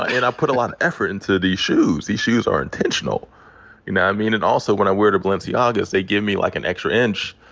and i put a lotta effort into these shoes. these shoes are intentional. you know, i mean, and also when i wear the balenciagas, they give me, like, an extra inch.